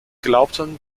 glaubten